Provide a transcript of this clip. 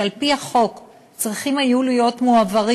שעל-פי החוק צריכים היו להיות מועברים